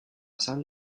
sal